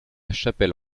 chapelle